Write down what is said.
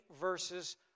verses